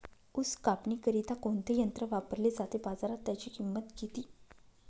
ऊस कापणीकरिता कोणते यंत्र वापरले जाते? बाजारात त्याची किंमत किती?